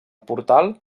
portal